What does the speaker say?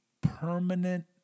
permanent